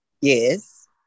yes